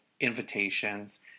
invitations